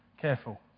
Careful